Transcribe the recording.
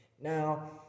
Now